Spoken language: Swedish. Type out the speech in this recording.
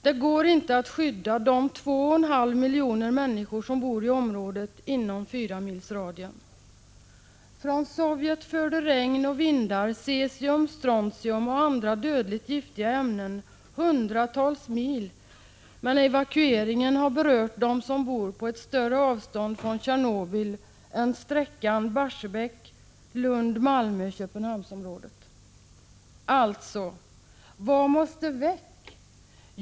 Det går inte att skydda de 2,5 miljoner människor som bor i området inom fyramilsradien. Från Sovjet förde regn och vindar cesium, strontium och andra dödligt giftiga ämnen hundratals mil. Evakueringen har berört dem som bor på ett större avstånd från Tjernobyl än avståndet från Barsebäck till Lund-Malmö-Köpenhamns-området. Alltså: Vad måste väck?